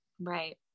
Right